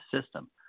system